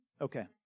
Okay